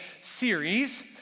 series